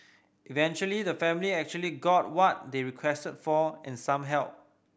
eventually the family actually got what they requested for and some help